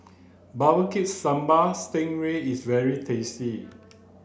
barbecue sambal sting ray is very tasty